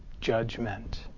judgment